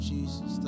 Jesus